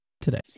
today